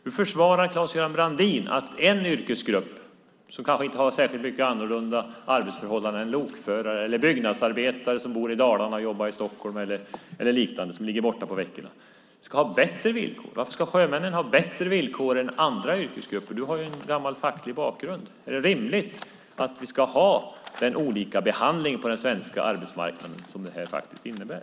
Hur försvarar Claes-Göran Brandin att en yrkesgrupp som kanske inte har mer annorlunda arbetsförhållanden än lokförare eller byggnadsarbetare som bor i Dalarna och jobbar i Stockholm och ligger borta i veckorna ska ha bättre villkor? Varför ska sjömän har bättre villkor än andra yrkesgrupper? Du har ju en facklig bakgrund, Claes-Göran Brandin. Är det rimligt att vi ska ha den olika behandling på den svenska arbetsmarknaden som detta faktiskt innebär?